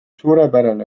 suurepärane